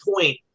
point